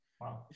Wow